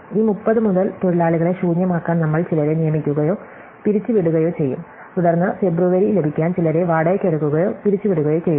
ഈ 30 മുതൽ തൊഴിലാളികളെ ശൂന്യമാക്കാൻ നമ്മൾ ചിലരെ നിയമിക്കുകയോ പിരിച്ചുവിടുകയോ ചെയ്യും തുടർന്ന് ഫെബ്രുവരി ലഭിക്കാൻ ചിലരെ വാടകയ്ക്കെടുക്കുകയോ പിരിച്ചുവിടുകയോ ചെയ്യുക